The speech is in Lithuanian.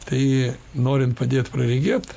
tai norint padėt praregėt